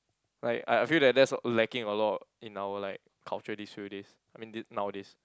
like I I feel that that's lacking a lot in our like culture these few days I mean thi~ nowadays